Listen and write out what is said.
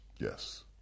Yes